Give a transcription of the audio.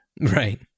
Right